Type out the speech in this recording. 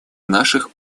наших